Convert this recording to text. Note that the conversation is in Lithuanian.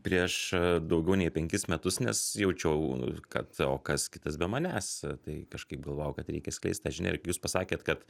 prieš daugiau nei penkis metus nes jaučiau kad o kas kitas be manęs tai kažkaip galvojau kad reikia skleist tą žinią ir jūs pasakėt kad